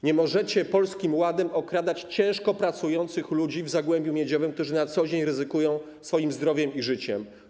Nie możecie Polskim Ładem okradać ciężko pracujących ludzi w Zagłębiu Miedziowym, którzy na co dzień ryzykują swoim zdrowiem i życiem.